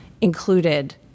included